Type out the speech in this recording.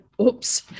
oops